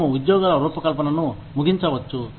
మేము ఉద్యోగాల రూపకల్పనను ముగించవచ్చు